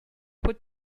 put